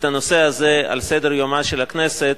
את הנושא הזה על סדר-יומה של הכנסת,